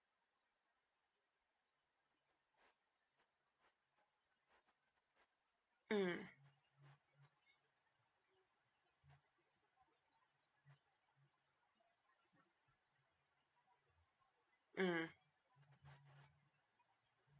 mm mm